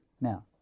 Now